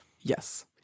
Yes